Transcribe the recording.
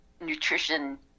nutrition